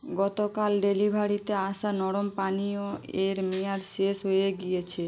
গতকাল ডেলিভারিতে আসা নরম পানীয় এর মেয়াদ শেষ হয়ে গিয়েছে